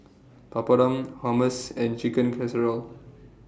Papadum Hummus and Chicken Casserole